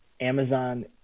Amazon